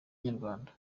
inyarwanda